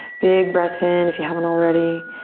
big breath in if you haven't already.